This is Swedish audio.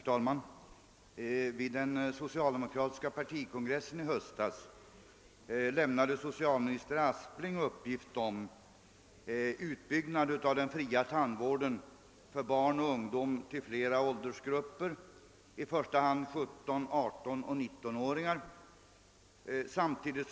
Herr talman! Vid den socialdemokratiska partikongressen i höstas lämnade socialminister Aspling uppgift om att en utbyggnad av den fria tandvården för barn och ungdom till flera åldersgrupper — i första hand 17-, 18 och 19-åringar — skulle genomföras.